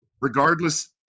Regardless